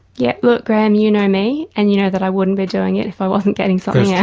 yeah, look graham you know me and you know that i wouldn't be doing it if i wasn't getting something yeah